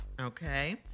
okay